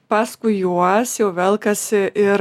paskui juos jau velkasi ir